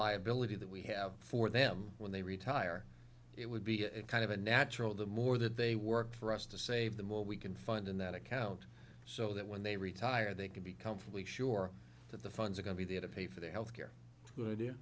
liability that we have for them when they retire it would be kind of unnatural the more that they work for us to save the more we can fund in that account so that when they retire they can be comfortably sure that the funds are going to be there to pay for their health care